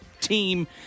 team